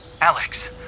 Alex